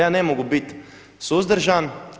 Ja ne mogu biti suzdržan.